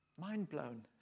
Mind-blown